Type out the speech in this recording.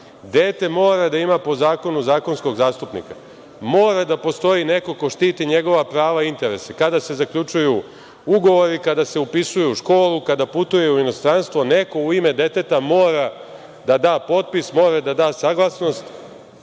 Dete mora da ima po zakonu zakonskog zastupnika. Mora da postoji neko ko štiti njegova prava i interese kada se zaključuju ugovori, kada se upisuje u školu, kada putuje u inostranstvo. Neko u ime deteta mora da, da potpis, mora da, da saglasnost,